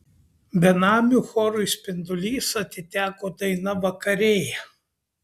benamių chorui spindulys atiteko daina vakarėja